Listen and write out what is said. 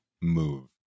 move